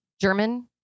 German